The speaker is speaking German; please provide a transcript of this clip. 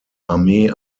armee